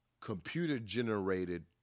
computer-generated